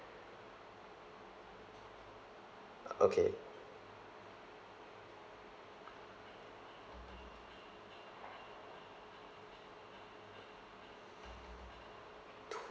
uh okay